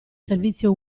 servizio